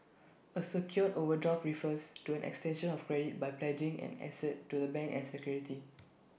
A secured overdraft refers to an extension of credit by pledging an asset to the bank as security